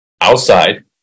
outside